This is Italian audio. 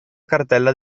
cartella